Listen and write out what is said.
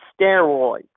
steroids